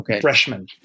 freshman